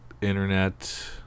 internet